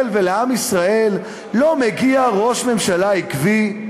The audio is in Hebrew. ולעם ישראל לא מגיע ראש ממשלה עקבי?